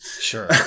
Sure